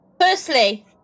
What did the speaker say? Firstly